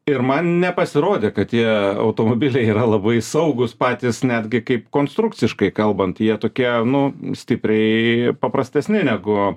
ir man nepasirodė kad tie automobiliai yra labai saugūs patys netgi kaip konstrukciškai kalbant jie tokie nu stipriai paprastesni negu